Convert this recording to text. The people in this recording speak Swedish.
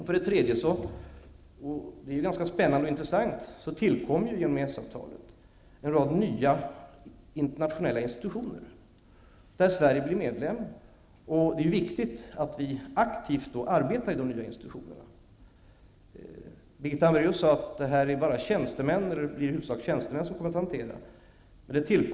Sedan tillkommer i EES-avtalet en rad nya institutionella institutioner där Sverige blir medlem. Det är viktigt att vi aktivt arbetar i en ny institution. Birgitta Hambraeus sade att det i huvudsak kommer att vara tjänstemän som kommer att hantera frågorna.